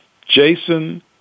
Jason